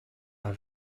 are